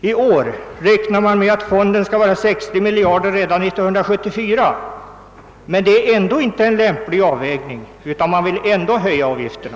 I år räknar man med att fonden skall vara 60 miljarder redan år 1974, men man anser ändå inte att det är en lämplig avvägning, utan man vill i alla fall höja avgifterna.